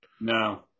No